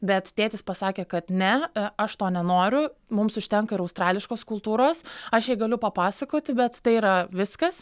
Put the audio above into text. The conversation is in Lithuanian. bet tėtis pasakė kad ne a aš to nenoriu mums užtenka ir australiškos kultūros aš jai galiu papasakoti bet tai yra viskas